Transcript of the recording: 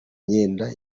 myenda